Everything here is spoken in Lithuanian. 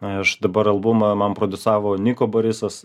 aš dabar albumą man prodiusavo niko barisas